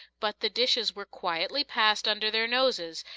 but the dishes were quietly passed under their noses,